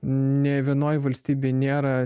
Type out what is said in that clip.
nei vienoj valstybėj nėra